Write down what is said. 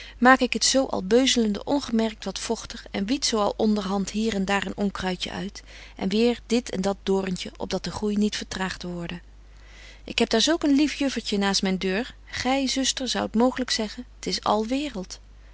maak ik het zo al beuzelende ongemerkt wat vochtig en wied zo al onderbetje wolff en aagje deken historie van mejuffrouw sara burgerhart dehand hier en daar een onkruidje uit en weer dit en dat doorntje op dat de groei niet vertraagt worde ik heb daar zulk een lief juffertje naast myn deur gy zuster zoudt mooglyk zeggen t is al waereld